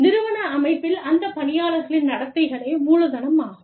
நிறுவன அமைப்பில் அந்த பணியாளர்களின் நடத்தைகளே மூலதனமாகும்